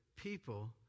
people